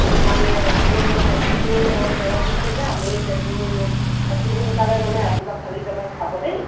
সেইটো কাৰণে আপুনি যিটো মই দৰৱ দিছোঁ যে আপুনি সেইটো অতি সোনকালে মানে ৰাতিপুৱা খালি পেটত খাব দেই